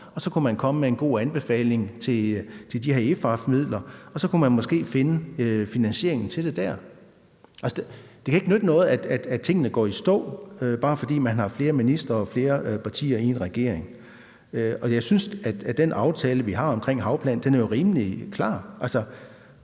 nok. Så kunne man komme med en god anbefaling til de her EHFAF-midler, og så kunne man måske finde finansieringen til det dér. Altså, det kan ikke nytte noget, at tingene går i stå, bare fordi man har flere ministre og flere partier i en regering. Jeg synes, at den aftale, vi har omkring en havplan, er rimelig klar.